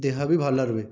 ଦେହ ବି ଭଲ ରୁହେ